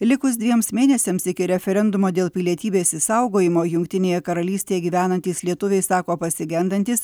likus dviems mėnesiams iki referendumo dėl pilietybės išsaugojimo jungtinėje karalystėje gyvenantys lietuviai sako pasigendantys